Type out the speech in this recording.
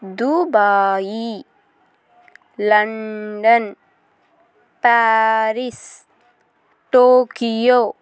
Dubai London Paris Tokyo